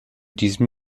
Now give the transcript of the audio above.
diesem